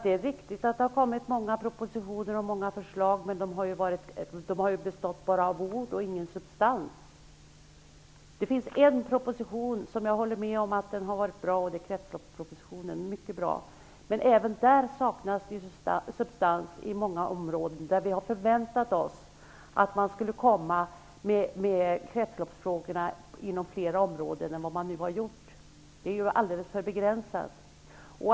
Det är riktigt att det har kommit många propositioner och många förslag, men de har bestått av ord och ingen substans. Det finns en proposition som jag håller med om har varit bra, och det är kretsloppspropositionen. Den är mycket bra, men även där saknas substans på många områden där vi har förväntat oss att man också skulle ta upp kretsloppsfrågorna. Propositionen är alldeles för begränsad.